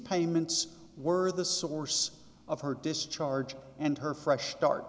payments were the source of her discharge and her fresh start